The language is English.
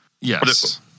yes